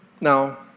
now